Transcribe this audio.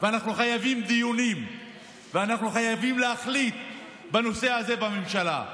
וחייבים דיונים וחייבים להחליט בנושא הזה בממשלה.